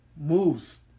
moves